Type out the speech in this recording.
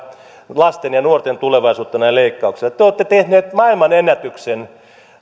lasten ja nuorten tulevaisuutta näillä leikkauksilla te olette tehneet maailmanennätyksen